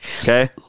Okay